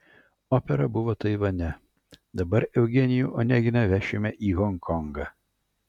opera buvo taivane dabar eugenijų oneginą vešime į honkongą